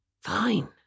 fine